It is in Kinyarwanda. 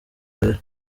wera